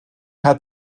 hat